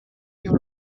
your